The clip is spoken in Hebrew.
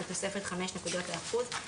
בתוספת 5 נקודות האחוז,